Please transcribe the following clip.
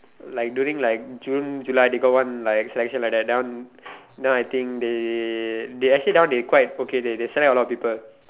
like during like June July they got one like selection like that one that one I think they they actually now they quite okay they they select a lot of people